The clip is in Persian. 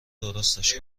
درستش